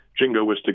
jingoistic